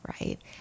Right